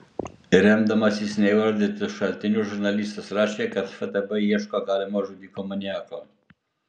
remdamasis neįvardytu šaltiniu žurnalistas rašė kad ftb ieško galimo žudiko maniako